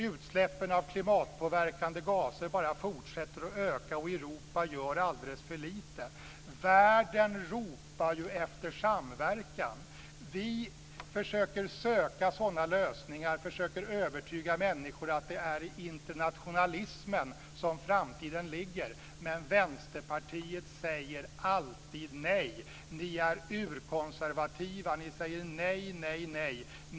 Utsläppen av klimatpåverkande gaser bara fortsätter att öka. Europa gör alldeles för lite. Världen ropar efter samverkan. Vi söker sådana lösningar och försöker övertyga människor om att det är i internationalismen som framtiden ligger, men Vänsterpartiet säger alltid nej. Ni är urkonservativa. Ni säger nej, nej, nej.